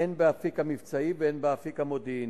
הן באפיק המבצעי והן באפיק המודיעיני.